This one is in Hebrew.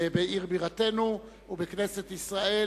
בעיר בירתנו ובכנסת ישראל,